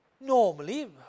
normally